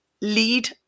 lead